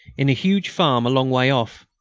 in a huge farm a long way off.